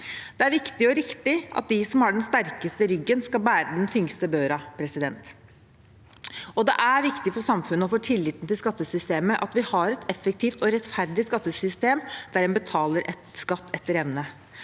Det er viktig og riktig at de som har den sterkeste ryggen, skal bære den tyngste børa. Det er også viktig for samfunnet og for tilliten til skattesystemet at vi har et effektivt og rettferdig skattesystem der man betaler skatt etter evne,